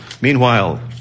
Meanwhile